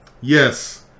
Yes